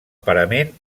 parament